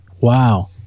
Wow